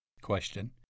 Question